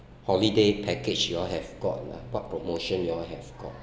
holiday package you all have got lah what promotion you all have got